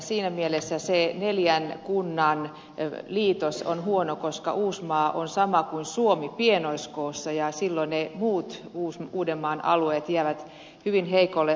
siinä mielessä se neljän kunnan liitos on huono koska uusimaa on sama kuin suomi pienoiskoossa ja silloin ne muut uudenmaan alueet jäävät hyvin heikolle asemalle